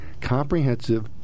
comprehensive